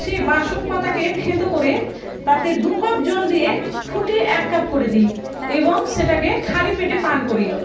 সেই বাসক পাতাকে থেঁতো করে তাতে দু কাপ জল দিয়ে ফুটিয়ে এক কাপ করে দিই এবং সেটাকে খালি পেটে পান করি